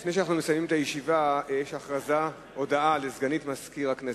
לפני שאנחנו מסיימים את הישיבה יש הודעה לסגנית מזכיר הכנסת.